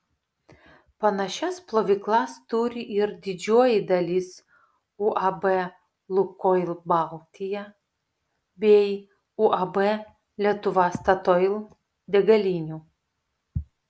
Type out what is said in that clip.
panašias plovyklas turi ir didžioji dalis uab lukoil baltija bei uab lietuva statoil degalinių